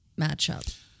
matchup